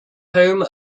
home